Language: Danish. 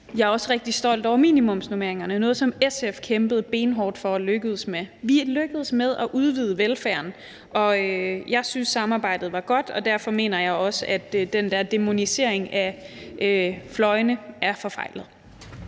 Jeg er også rigtig stolt over minimumsnormeringerne – noget, som SF kæmpede benhårdt for og lykkedes med. Vi er lykkedes med at udvide velfærden, og jeg synes, at samarbejdet var godt, og derfor mener jeg også, at den der dæmonisering af fløjene er forfejlet.